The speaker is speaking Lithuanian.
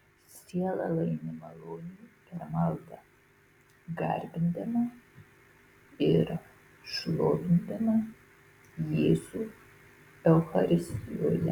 siela laimi malonių per maldą garbindama ir šlovindama jėzų eucharistijoje